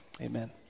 Amen